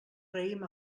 raïm